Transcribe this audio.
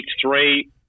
three